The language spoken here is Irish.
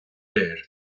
léir